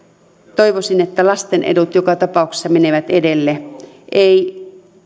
toivoisin että lasten edut joka tapauksessa menevät edelle eivät